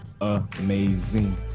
amazing